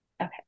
Okay